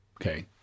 Okay